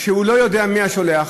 כאשר הם לא יודעים מי השולח,